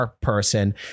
person